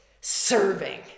serving